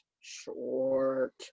short